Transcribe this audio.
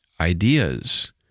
ideas